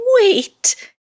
wait